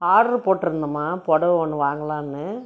order போட்டிருந்தேம்மா புடவை ஒன்று வாங்களான்னு